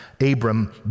Abram